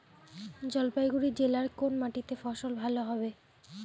জলপাইগুড়ি জেলায় কোন মাটিতে ফসল ভালো হবে?